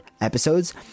episodes